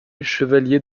chevalier